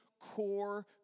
core